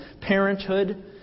parenthood